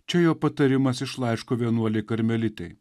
čia jo patarimas iš laiško vienuolei karmelitei